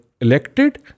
elected